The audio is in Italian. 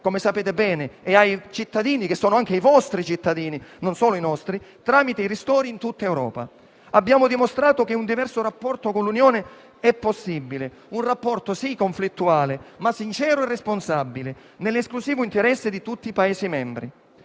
come sapete bene, e ai cittadini che sono anche i vostri cittadini, non solo i nostri, tramite i ristori in tutta Europa. Abbiamo dimostrato che un diverso rapporto con l'Unione è possibile, un rapporto sì conflittuale, ma sincero e responsabile, nell'esclusivo interesse di tutti i Paesi membri,